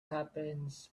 happens